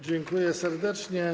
Dziękuję serdecznie.